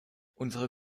unsere